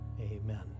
amen